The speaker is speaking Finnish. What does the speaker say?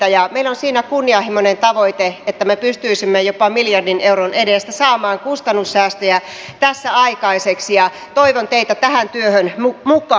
meillä on siinä kunnianhimoinen tavoite että me pystyisimme jopa miljardin euron edestä saamaan kustannussäästöjä tässä aikaiseksi ja toivon teitä tähän työhön mukaan